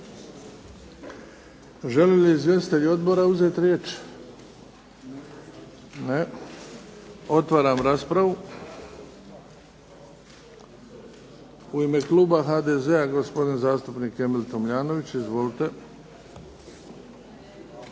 Žele li izvjestitelji odbora uzeti riječ? Ne. Otvaram raspravu. U ime kluba HDZ-a gospodin zastupnik Emil Tomljanović. Izvolite.